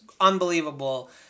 unbelievable